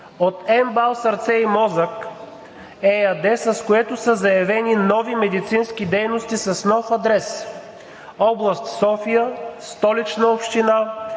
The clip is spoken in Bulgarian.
от МБАЛ „Сърце и мозък“ ЕАД, с което са заявени нови медицински дейности с нов адрес: област София, Столична община,